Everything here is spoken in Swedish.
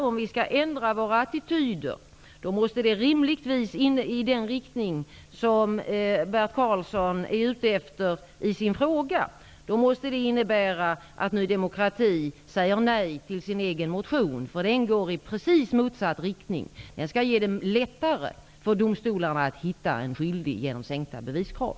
Om vi skall ändra våra attityder i den riktning Bert Karlsson är ute efter i sin fråga måste det rimligtvis innebära att man i Ny demokrati säger nej till sin egen motion. Den går i precis motsatt riktning. Den skall göra det lättare för domstolarna att hitta en skyldig genom sänkta beviskrav.